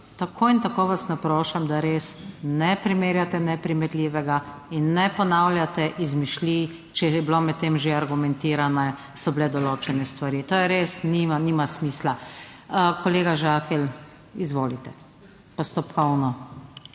(NB) – 16.40** (Nadaljevanje) ne primerjate neprimerljivega in ne ponavljate izmišljij. Če je bilo med tem že argumentirano, so bile določene stvari. To je res nima smisla. Kolega Žakelj, izvolite, postopkovno.